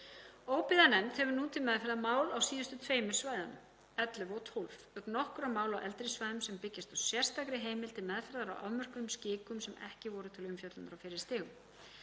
Óbyggðanefnd hefur nú til meðferðar mál á síðustu tveimur svæðunum, 11 og 12, auk nokkurra mála á eldri svæðum sem byggjast á sérstakri heimild til meðferðar á afmörkuðum skikum sem ekki voru til umfjöllunar á fyrri stigum.